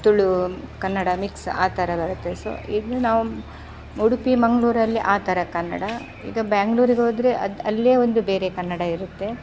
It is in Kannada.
ತುಳು ಕನ್ನಡ ಮಿಕ್ಸ್ ಆ ಥರ ಬರುತ್ತೆ ಸೊ ಇಲ್ಲಿ ನಾವು ಉಡುಪಿ ಮಂಗಳೂರಲ್ಲಿ ಆ ಥರ ಕನ್ನಡ ಈಗ ಬ್ಯಾಂಗ್ಳೂರಿಗೋದರೆ ಅದು ಅಲ್ಲೇ ಒಂದು ಬೇರೆ ಕನ್ನಡ ಇರುತ್ತೆ